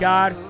God